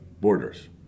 borders